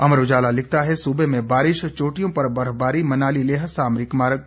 अमर उजाला लिखता है सूबे में बारिश चोटियों पर बर्फबारी मनाली लेह सामरिक मार्ग बंद